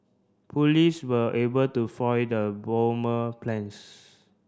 police were able to foil the bomber plans